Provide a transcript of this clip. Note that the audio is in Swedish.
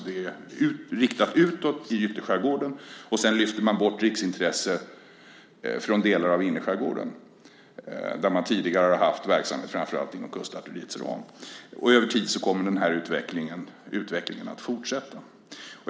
Det är riktat utåt i ytterskärgården, och sedan lyfter man bort riksintresse från delar av innerskärgården där man tidigare har haft verksamhet framför allt inom kustartilleriets ram. Över tid kommer den här utvecklingen att fortsätta.